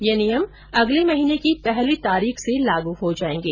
ये नियम अगले महीने की पहली तारीख से लागू होंगे